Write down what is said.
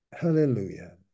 hallelujah